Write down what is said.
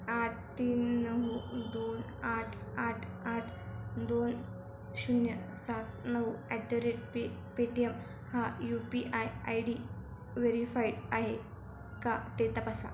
आठ तीन नऊ दोन आठ आठ आठ दोन शून्य सात नऊ at the rate Paytm हा U P I I D verified आहे का ते तपासा